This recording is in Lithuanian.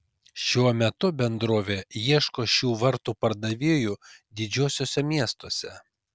šiuo metu bendrovė ieško šių vartų pardavėjų didžiuosiuose miestuose